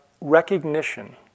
recognition